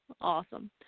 awesome